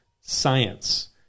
science